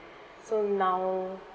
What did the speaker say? so now